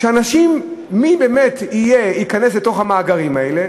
מי באמת ייכנס למאגרים האלה?